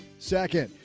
second,